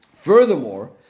Furthermore